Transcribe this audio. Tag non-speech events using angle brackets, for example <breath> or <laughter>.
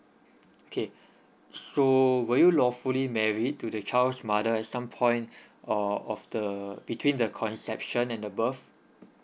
okay so were you lawfully married to the child's mother at some point <breath> or of the between the conception and the birth